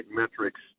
metrics